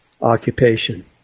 occupation